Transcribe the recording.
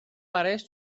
برایش